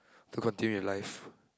to continue with life